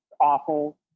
awful